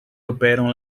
operam